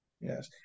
Yes